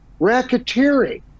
racketeering